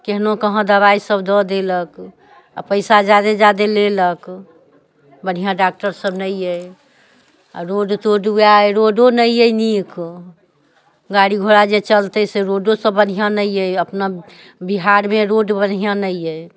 केहनो कहाँ दवाइ सभ दऽ देलक आओर पैसा जादे जादे लेलक बढ़िआँ डॉक्टर सभ नहि अहि आओर रोड तोड वएह अहि रोडो नैहि अहि नीक गाड़ी घोड़ा जे चलतै से रोडो सभ बढ़ियाँ नहि अहि अपना बिहारमे रोड बढ़िआँ नहि अहि